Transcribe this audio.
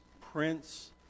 Prince